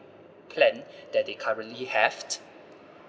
plan that they currently have